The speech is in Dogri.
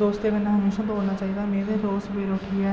दोस्तें कन्नै हमेशा दौड़ना चाहिदा में ते दोस्त सवेरै उट्ठियै